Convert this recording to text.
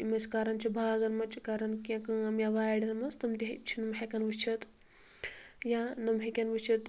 یم أس کران چھِ باغن منٛز چھِ کران کیٛنٚہہ کٲم یا وارٮ۪ن منٛز تِم تہِ چھِ یم ہیٚکن وُچھتھ یا نۄم ہیٚکن وُچھتھ